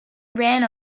ran